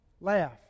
Laugh